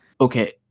Okay